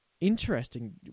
interesting